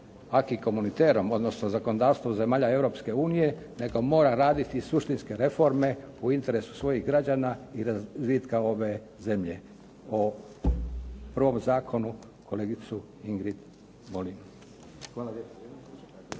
communitareom, odnosno zakonodavstvom zemalja Europske unije, nego mora raditi suštinske reforme u interesu svojih građana i razvitka ove zemlje. O prvom zakonu, kolegicu Ingrid molim. Hvala lijepo.